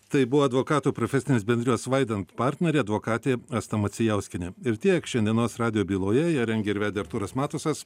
tai buvo advokatų profesinės bendrijos vaiden partnerė advokatė asta macijauskienė ir tiek šiandienos radijo byloje ją rengė ir vedė artūras matusas